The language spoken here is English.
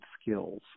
skills